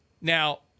Now